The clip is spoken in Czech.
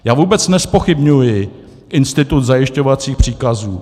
Já vůbec nezpochybňuji institut zajišťovacích příkazů.